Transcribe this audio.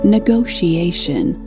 Negotiation